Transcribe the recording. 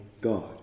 God